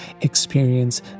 Experience